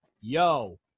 yo